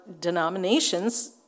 denominations